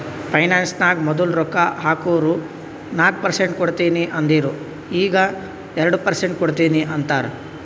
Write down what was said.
finance ನಾಗ್ ಮದುಲ್ ರೊಕ್ಕಾ ಹಾಕುರ್ ನಾಕ್ ಪರ್ಸೆಂಟ್ ಕೊಡ್ತೀನಿ ಅಂದಿರು ಈಗ್ ಎರಡು ಪರ್ಸೆಂಟ್ ಕೊಡ್ತೀನಿ ಅಂತಾರ್